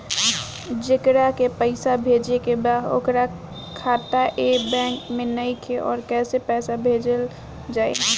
जेकरा के पैसा भेजे के बा ओकर खाता ए बैंक मे नईखे और कैसे पैसा भेजल जायी?